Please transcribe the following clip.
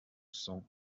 cents